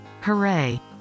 Hooray